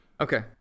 Okay